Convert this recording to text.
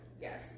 Yes